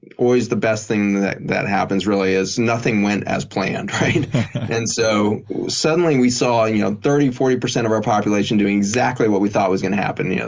always the best thing that that happens really is nothing went as planned. and so suddenly, we saw you know thirty, forty percent of our population doing exactly what we thought was going to happen. yeah